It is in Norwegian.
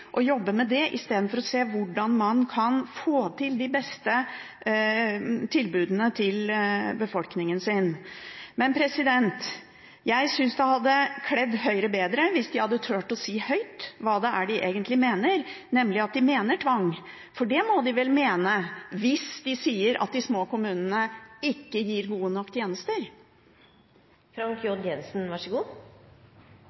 jobbe med det, istedenfor å se hvordan man kan få til de beste tilbudene til befolkningen. Jeg syns det hadde kledd Høyre bedre hvis de hadde turt å si høyt hva de egentlig mener, nemlig at de mener tvang, for det må de vel mene hvis de sier at de små kommunene ikke gir gode nok tjenester?